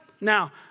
Now